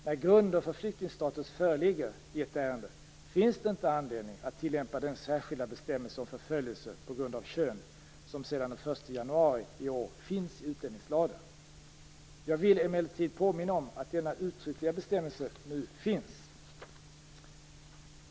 När grunder för flyktingstatus föreligger i ett ärende finns det inte anledning att tillämpa den särskilda bestämmelse om förföljelse på grund av kön som sedan den 1 januari i år finns i utlänningslagen. Jag vill emellertid påminna om att denna uttryckliga bestämmelse nu finns.